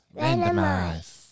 Randomize